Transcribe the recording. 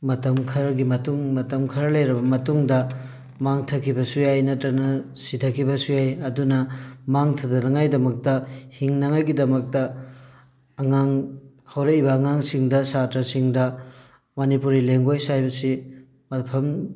ꯃꯇꯝ ꯈꯔꯒꯤ ꯃꯇꯨꯡ ꯃꯇꯝ ꯈꯔ ꯂꯩꯔꯕ ꯃꯇꯨꯡꯗ ꯃꯥꯡꯊꯈꯤꯕꯁꯨ ꯌꯥꯏ ꯅꯠꯇ꯭ꯔꯒꯅ ꯁꯤꯊꯈꯤꯕꯁꯨ ꯌꯥꯏ ꯑꯩꯗꯨꯅ ꯃꯥꯡꯊꯗꯅꯤꯡꯉꯥꯏꯒꯤꯗꯃꯛꯇ ꯍꯤꯡꯅꯉꯥꯏꯒꯤꯗꯃꯛꯇ ꯑꯉꯥꯡ ꯍꯧꯔꯛꯏꯕ ꯑꯉꯥꯡꯁꯤꯡꯗ ꯁꯥꯇ꯭ꯔꯁꯤꯡꯗ ꯃꯅꯤꯄꯨꯔꯤ ꯂꯦꯡꯒꯣꯏꯁ ꯍꯥꯏꯕꯁꯤ